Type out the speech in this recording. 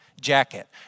jacket